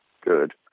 good